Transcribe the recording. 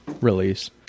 release